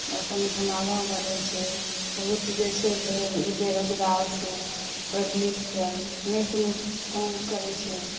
अपन अपन आगाँ बढ़ैत छै बहुत जे छै बेरोजगार छै पढ़ि लिखि कऽ नहि कोनो काम करैत छै